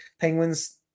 Penguins